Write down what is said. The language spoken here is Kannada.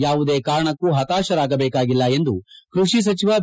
ಯಾವುದೇ ಕಾರಣಕ್ಕೂ ಹತಾಶರಾಗಬೇಕಾಗಿಲ್ಲ ಎಂದು ಕೃಷಿ ಸಚಿವ ಬಿ